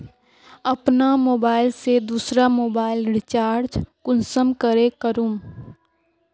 अपना मोबाईल से दुसरा मोबाईल रिचार्ज कुंसम करे करूम?